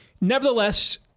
Nevertheless